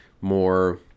more